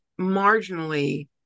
marginally